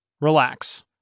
Relax